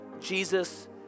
Jesus